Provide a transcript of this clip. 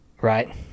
Right